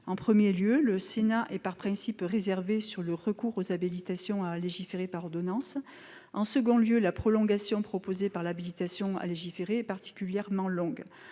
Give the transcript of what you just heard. En premier lieu, le Sénat est par principe réservé sur le recours aux habilitations à légiférer par ordonnance. En second lieu, la prolongation proposée par l'habilitation à légiférer est particulièrement longue.